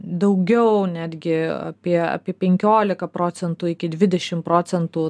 daugiau netgi apie apie penkiolika procentų iki dvidešim procentų